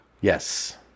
Yes